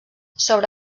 sobre